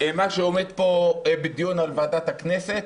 מה שעומד פה לדיון בוועדת הכנסת